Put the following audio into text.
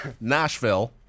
Nashville